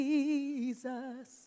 Jesus